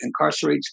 incarcerates